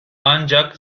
ancak